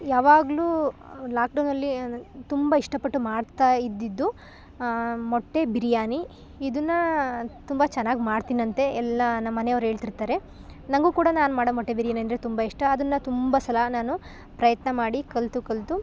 ಯಾವಾಗಲೂ ಲಾಕ್ ಡೌನಲ್ಲಿ ತುಂಬ ಇಷ್ಟಪಟ್ಟು ಮಾಡ್ತಾಯಿದ್ದಿದ್ದು ಮೊಟ್ಟೆ ಬಿರಿಯಾನಿ ಇದನ್ನು ತುಂಬ ಚೆನ್ನಾಗಿ ಮಾಡ್ತೀನಂತೆ ಎಲ್ಲ ನಮ್ಮ ಮನೆವ್ರು ಹೇಳ್ತಿರ್ತಾರೆ ನಂಗೂ ಕೂಡ ನಾನು ಮಾಡೋ ಮೊಟ್ಟೆ ಬಿರಿಯಾನಿ ಅಂದರೆ ತುಂಬ ಇಷ್ಟ ಅದನ್ನು ತುಂಬ ಸಲ ನಾನು ಪ್ರಯತ್ನ ಮಾಡಿ ಕಲಿತು ಕಲಿತು